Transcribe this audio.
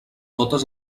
totes